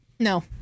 No